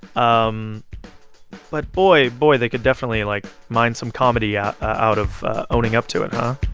um but boy, boy, they could definitely, like, mine some comedy yeah out of owning up to it, huh?